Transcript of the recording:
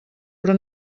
però